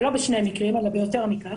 אלא ביותר מכך,